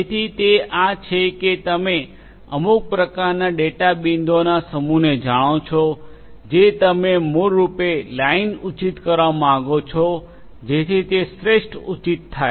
તેથી તે આ છે કે તમે અમુક પ્રકારનાં ડેટા બિંદુઓના સમૂહને જાણો છો જે તમે મૂળરૂપે લાઇન ઉચિત કરવા માંગો છો જેથી તે શ્રેષ્ઠ ઉચિત થાય